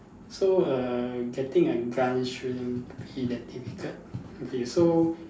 so err getting a gun shouldn't be that difficult okay so